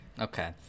Okay